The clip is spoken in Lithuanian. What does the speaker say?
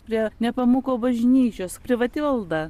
prie nepamuko bažnyčios privati valda